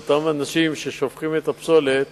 ואותם אנשים ששופכים את הפסולת